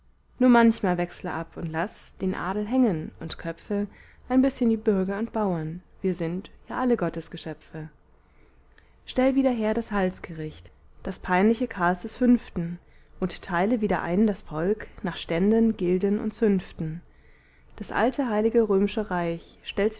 nur manchmal wechsle ab und laß den adel hängen und köpfe ein bißchen die bürger und bauern wir sind ja alle gottesgeschöpfe stell wieder her das halsgericht das peinliche karls des fünften und teile wieder ein das volk nach ständen gilden und zünften das alte heilige römische reich stell's